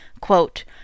quote